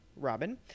Robin